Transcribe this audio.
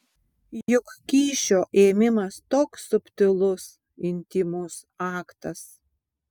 juk kyšio ėmimas toks subtilus intymus aktas